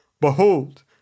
Behold